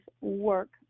work